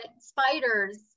spiders